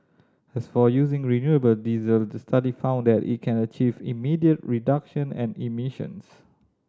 as for using renewable diesel the study found that it can achieve immediate reduction and emissions